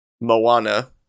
Moana